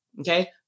Okay